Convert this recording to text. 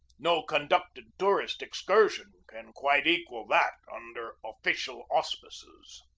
no conducted tourist ex cursion can quite equal that under official auspices.